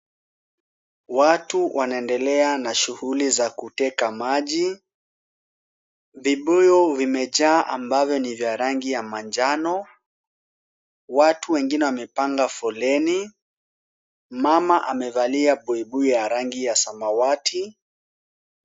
Watu wanaendelea na shughuli za kuteka maji. Vibuyu vimejaa ambavyo ni vya rangi ya manjano. Watu wengine wamepanga foleni. Mama amevalia buibui ya rangi ya samawati.